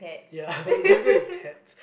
ya can I go with pets